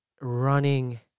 running